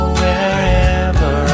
wherever